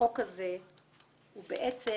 החוק הזה הוא בעצם